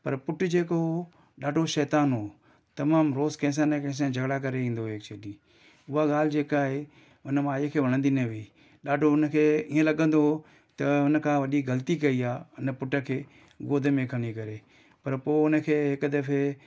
पर पुटु जेको हो ॾाढो शैतान हो तमामु रोज़ु कंहिंसां न कंहिंसां झॻिड़ा करे ईंदो हो एक्चुली उहा ॻाल्हि जेका आहे उन माई खे वणंदी न हुई ॾाढो उनखे इअं लॻंदो हो त उन का वॾी ग़लती कई आहे हुन पुटु खे गोद में खणी करे पर पोइ उनखे हिकु दफ़े